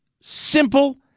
simple